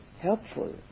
Helpful